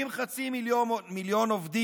אם חצי מיליון עובדים,